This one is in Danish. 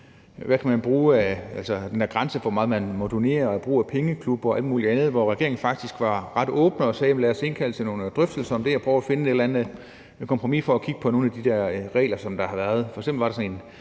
om partistøtte, altså en grænse for, hvor meget man må donere, brug af pengeklub og alt muligt andet, hvor regeringen faktisk var ret åben og sagde: Lad os indkalde til nogle drøftelser om det og prøve at finde et eller andet kompromis omkring nogle af de der regler, der har været.